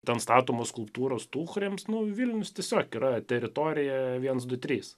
ten statomos skulptūros tų kuriems vilnius tiesiog yra teritorija viens du trys